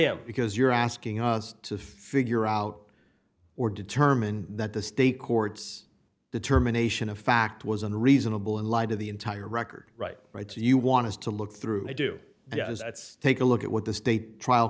am because you're asking us to figure out or determine that the state courts determination of fact was unreasonable in light of the entire record right right so you want to look through i do yeah that's take a look at what the state trial